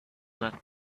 that